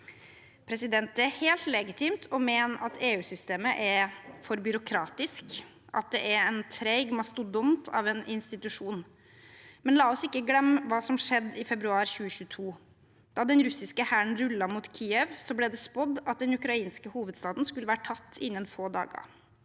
deretter. Det er helt legitimt å mene at EU-systemet er for byråkratisk, at det er en treg mastodont av en institusjon. Men la oss ikke glemme hva som skjedde i februar 2022. Da den russiske hæren rullet mot Kyiv, ble det spådd at den ukrainske hovedstaden skulle være tatt innen få dager.